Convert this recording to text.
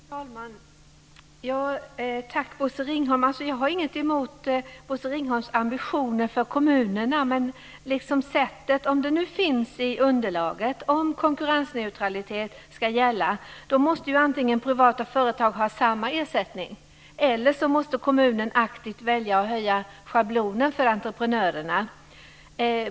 Fru talman! Tack Bosse Ringholm! Jag har inget emot Bosse Ringholms ambitioner för kommunerna, men sättet. Om det nu finns i underlaget, om konkurrensneutralitet ska gälla, då måste ju antingen privata företag ha samma ersättning eller så måste kommunen aktivt välja att höja schablonen för entreprenörerna.